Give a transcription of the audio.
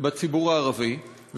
בציבור הערבי,